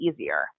easier